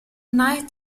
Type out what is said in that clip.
night